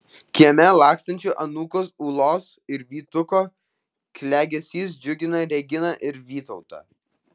kieme lakstančių anūkų ūlos ir vytuko klegesys džiugina reginą ir vytautą